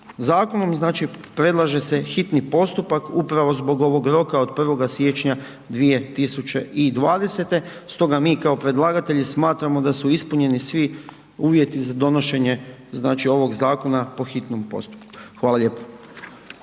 zakonom znači predlaže se hitni postupak upravo zbog ovog roka od 1. siječnja 2020. Stoga mi kao predlagatelji smatramo da su ispunjeni svi uvjeti za donošenje znači ovog zakona po hitnom postupku. Hvala lijepo.